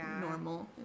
normal